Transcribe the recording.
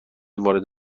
وارد